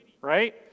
right